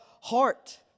heart